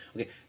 Okay